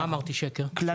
מה אמרתי שקר?